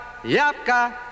yapka